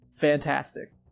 fantastic